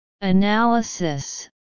Analysis